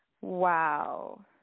wow